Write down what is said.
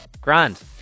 Grand